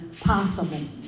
possible